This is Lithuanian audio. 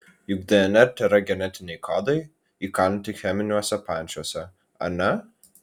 juk dnr tėra genetiniai kodai įkalinti cheminiuose pančiuose ar ne